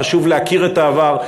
חשוב להכיר את העבר,